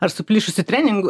aš suplyšusiu treningu